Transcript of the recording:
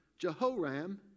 Jehoram